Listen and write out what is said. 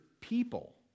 people